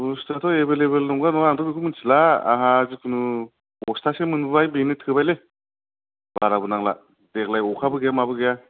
बस्तुयाथ' available नंगौ ना नङा आंथ' बेखौथ' मोनथिला आहा जिखुनु बस्थासे मोनबोबाय बेनो थोबायलै बाराबो नांला देग्लाय अखाबो गैया माबो गैया